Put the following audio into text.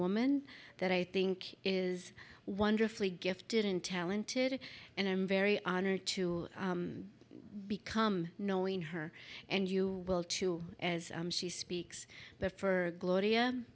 woman that i think is wonderfully gifted and talented and i'm very honored to become knowing her and you will too as she speaks but for gloria